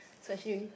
so should we